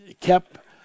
kept